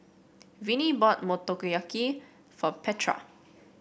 Vennie bought Motoyaki for Petra